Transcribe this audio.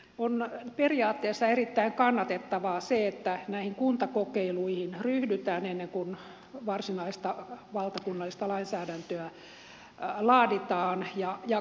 on periaatteessa erittäin kannatettavaa se että näihin kuntakokeiluihin ryhdytään ennen kuin varsinaista valtakunnallista lainsäädäntöä laaditaan